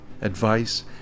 advice